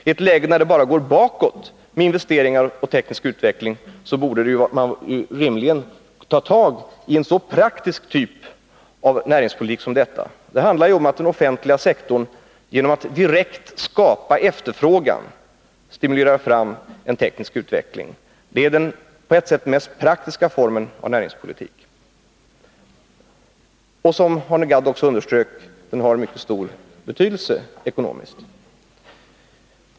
I ett läge där investeringar och teknisk utveckling går bakåt borde man rimligen ta tag i den här möjligheten att bedriva näringspolitik av praktiskt slag. Det handlar ju om att den offentliga sektorn, genom att direkt skapa efterfrågan, stimulerar en teknisk utveckling. Det är kanske den mest praktiska formen av näringspolitik. Som Arne Gadd också underströk har den mycket stor ekonomisk betydelse.